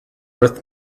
worth